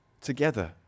together